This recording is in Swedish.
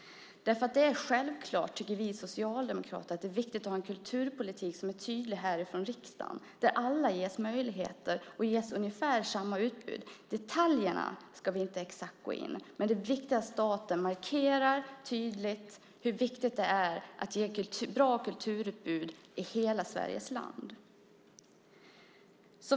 Vi socialdemokrater tycker att det är självklart att här från riksdagen ha en kulturpolitik som är tydlig där alla ges möjligheter och ungefär samma utbud. Vi ska inte exakt gå in på detaljerna. Men det är viktigt att staten tydligt markerar hur viktigt det är att ge bra kulturutbud i hela Sveriges land.